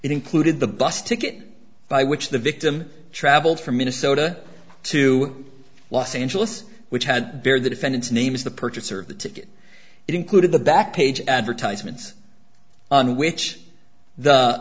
included the bus ticket by which the victim traveled from minnesota to los angeles which had buried the defendants names the purchaser of the ticket it included the back page advertisements on which the